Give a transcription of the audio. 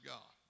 God